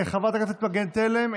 חברת הכנסת מגן תלם,